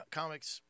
comics